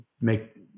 make